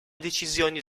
decisioni